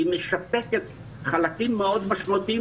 היא משתקת חלקים מאוד משמעותיים,